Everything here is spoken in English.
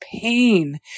pain